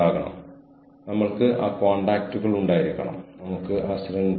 കൂടാതെ ടീമുകൾ വ്യക്തികളെ സമീപിച്ചു